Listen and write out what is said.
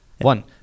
one